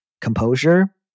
composure